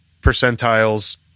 percentiles